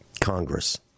Congress